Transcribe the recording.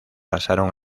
pasarán